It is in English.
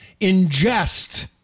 ingest